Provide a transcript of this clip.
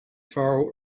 far